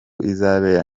izabera